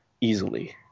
easily